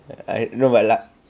no but luck~